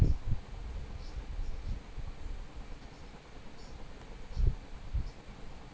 um